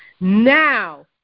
Now